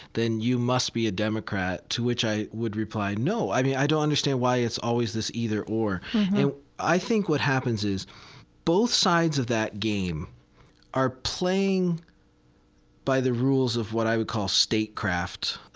then you must be a democrat. to which i would reply, no. i mean, i don't understand why it's always this either or. and i think what happens is both sides of that game are playing by the rules of what i would call statecraft.